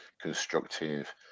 constructive